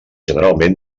generalment